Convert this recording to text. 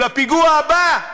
לפיגוע הבא?